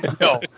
no